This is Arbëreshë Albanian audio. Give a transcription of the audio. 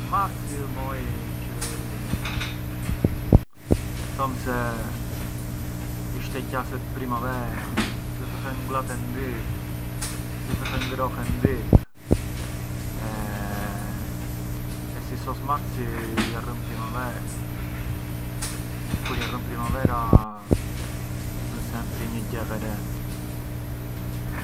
Na kit skartarja te këto dia shurbise forsi skartarja kullacjonën pë cena, përçë kapitar çerti herë per esempiu nga një del e pran ngë ha e bun tardu si mjidhet brënda ngroh ca klëmsh per esempiu, mua çerti herë më kapitar, inveci na ë pincar se zgjonem all’ottu menanvet e ka ha një thele mish ngë ndutu më ispirar diskursi.